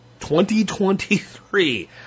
2023